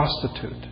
prostitute